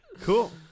cool